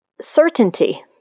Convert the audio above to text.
certainty